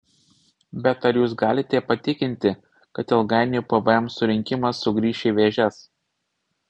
bet ar jūs galite patikinti kad ilgainiui pvm surinkimas sugrįš į vėžes